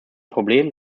problem